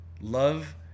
Love